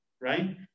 right